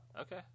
okay